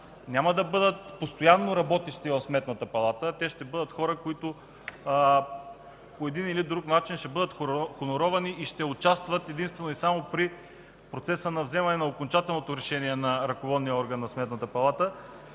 няма да бъдат постоянно работещи в Сметната палата, а ще бъдат хора, които по един или друг начин ще бъдат хонорувани и ще участват единствено и само при процеса на вземане на окончателното решение на ръководния орган на Сметната палата,